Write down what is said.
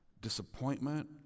disappointment